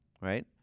right